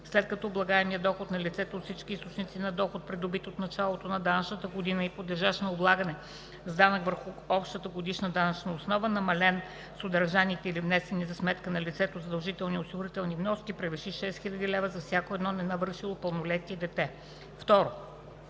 след като облагаемият доход на лицето от всички източници на доход, придобит от началото на данъчната година и подлежащ на облагане с данък върху общата годишна данъчна основа, намален с удържаните или внесените за сметка на лицето задължителни осигурителни вноски, превиши 6000 лв. за всяко едно ненавършило пълнолетие дете.“.